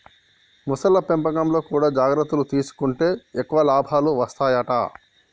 మొసళ్ల పెంపకంలో కూడా జాగ్రత్తలు తీసుకుంటే ఎక్కువ లాభాలు వత్తాయట